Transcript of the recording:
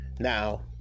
now